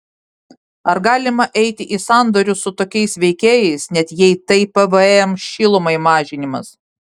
ar galima eiti į sandorius su tokiais veikėjais net jei tai pvm šilumai mažinimas